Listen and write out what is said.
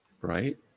right